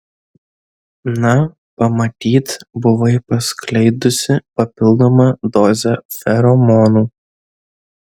na matyt buvai paskleidusi papildomą dozę feromonų